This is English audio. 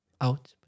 out